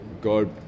God